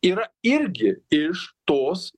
yra irgi iš tos